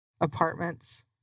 Apartments